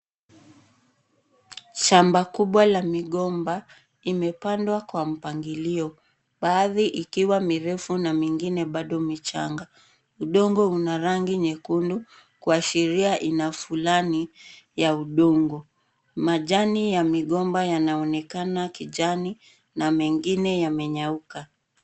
Shamba kubwa la migomba imepandwa kwa mpangilio. Baadhi ikiwa mirefu na mengine ikiwa michanga. Udongo una rangi nyekundu kuashiria aina fulani ya udongo, majani ya migomba yanaonekana kijani na mengine yamenyauka.